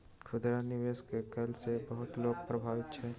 खुदरा निवेश के कार्य सॅ बहुत लोक प्रभावित छल